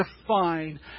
define